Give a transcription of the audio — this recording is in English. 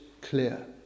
clear